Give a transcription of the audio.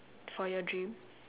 for your dream